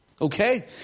Okay